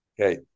Okay